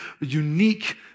unique